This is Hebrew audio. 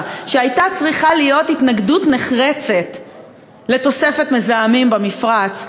שהייתה צריכה להיות התנגדות נחרצת לתוספת מזהמים במפרץ,